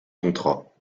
contrat